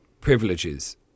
privileges